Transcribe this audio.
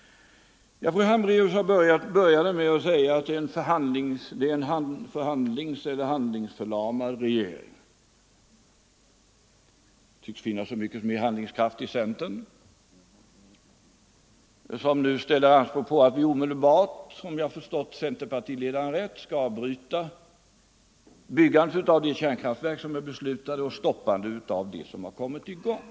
Fru Hambraeus började med att tala om en handlingsförlamad regering. Det tycks finnas så mycket mer handlingskraft hos centern, som nu ställer anspråk på att vi omedelbart, om jag förstått centerpartiledaren rätt, skall avbryta byggandet av de kärnkraftverk som är beslutade och stoppa dem som kommit i gång.